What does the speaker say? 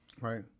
Right